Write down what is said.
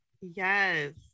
yes